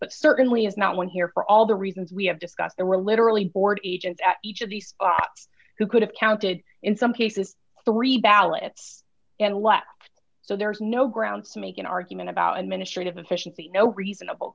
but certainly is not one here for all the reasons we have discussed there were literally board agents at each of the spots who could have counted in some cases three ballots and what so there's no grounds to make an argument about administrative efficiency no reasonable